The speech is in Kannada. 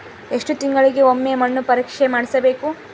ಎಷ್ಟು ತಿಂಗಳಿಗೆ ಒಮ್ಮೆ ಮಣ್ಣು ಪರೇಕ್ಷೆ ಮಾಡಿಸಬೇಕು?